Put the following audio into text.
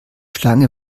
schlange